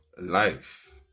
life